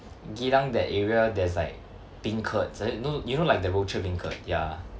geylang that area there's like beancurds you know you know like the rochor beancurd ya